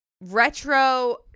retro